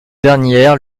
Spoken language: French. dernière